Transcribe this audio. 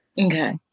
Okay